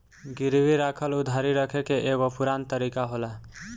गिरवी राखल उधारी रखे के एगो पुरान तरीका होला